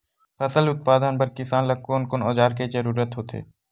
फसल उत्पादन बर किसान ला कोन कोन औजार के जरूरत होथे?